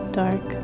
dark